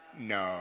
No